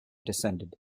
descended